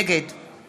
נגד